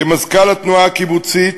כמזכ"ל התנועה הקיבוצית